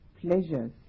pleasures